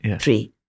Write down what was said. three